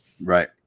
Right